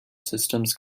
systems